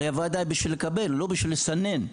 הרי הוועדה היא בשביל לקבל לא בשביל לסנן,